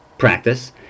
Practice